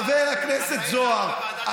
חבר הכנסת זוהר,